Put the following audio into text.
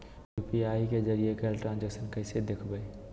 UPI के जरिए कैल ट्रांजेक्शन कैसे देखबै?